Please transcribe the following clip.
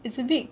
it's a big